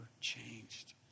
changed